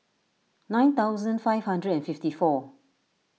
nine thousand five hundred and fifty four